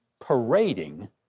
parading